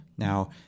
Now